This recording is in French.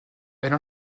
elle